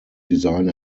design